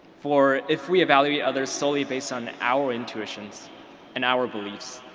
for if we evaluate others solely based on our intuitions and our beliefs,